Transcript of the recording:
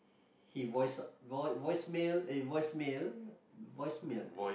he voice voi~ voice mail eh voice mail voice mail